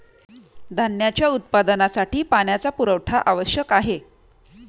धान्याच्या उत्पादनासाठी पाण्याचा पुरवठा आवश्यक आहे